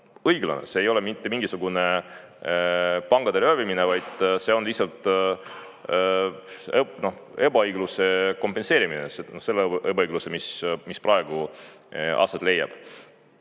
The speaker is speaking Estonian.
õiglane. See ei ole mitte mingisugune pankade röövimine, vaid see on lihtsalt ebaõigluse kompenseerimine, selle ebaõigluse, mis praegu aset leiab.